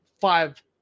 five